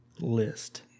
list